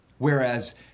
Whereas